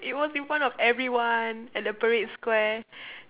it was in front of everyone at the Parade Square